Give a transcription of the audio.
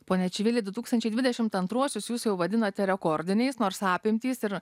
pone čivili du tūkstančiai dvidešimt antruosius jūs jau vadinate rekordiniais nors apimtys ir